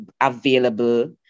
available